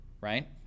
right